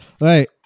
Right